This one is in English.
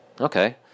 okay